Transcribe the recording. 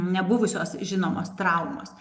ne buvusios žinomos traumos